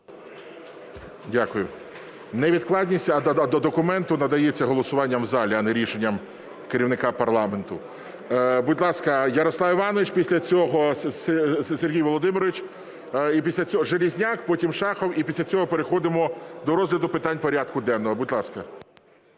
Дякую. Невідкладність документу надається голосуванням у залі, а не рішенням керівника парламенту. Будь ласка, Ярослав Іванович. Після цього Сергій Володимирович. І після цього Железняк. Потім Шахов. І після цього переходимо до розгляду питань порядку денного. Будь ласка.